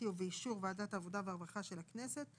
ובאישור וועדת העבודה והרווחה של הכנסת,